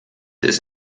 ist